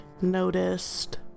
noticed